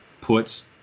puts